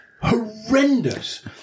horrendous